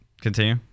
continue